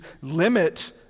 limit